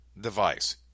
device